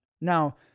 Now